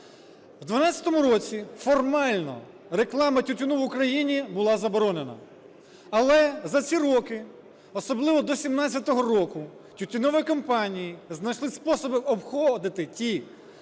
В 12-му році формально реклама тютюну в Україні була заборонена. Але за ці роки, особливо до 17-го року, тютюнові компанії знайшли способи обходити ті